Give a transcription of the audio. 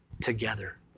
together